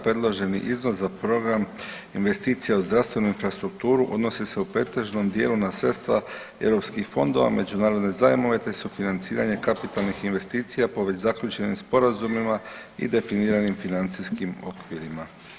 Predloženi iznos za program Investicija u zdravstvenu infrastrukturu odnosi se u pretežnom dijelu na sredstva europskih fondova, međunarodne zajmove, te sufinanciranje kapitalnih investicija po već zaključenim sporazumima, i definiranim financijskim okvirima.